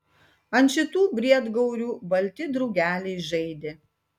ant šitų briedgaurių balti drugeliai žaidė